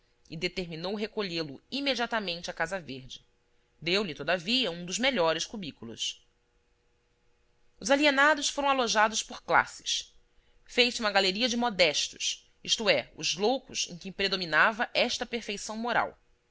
e determinou recolhê lo imediatamente à casa verde deu-lhe todavia um dos melhores cubículos os alienados foram alojados por classes fez-se uma galeria de modestos isto é os loucos em quem predominava esta perfeição moral